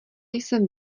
jsem